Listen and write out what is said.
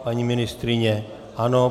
Paní ministryně ano.